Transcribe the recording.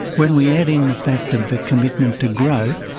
when we add in the fact of a commitment to growth,